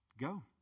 go